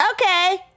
Okay